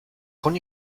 con